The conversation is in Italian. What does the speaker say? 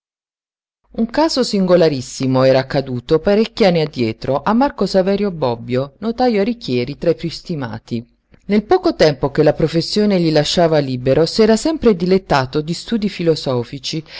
un caso singolarissimo era accaduto parecchi anni addietro a marco saverio bobbio notajo a richieri tra i piú stimati nel poco tempo che la professione gli lasciava libero si era sempre dilettato di studii filosofici